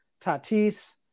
Tatis